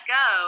go